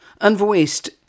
Unvoiced